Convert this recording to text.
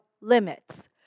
limits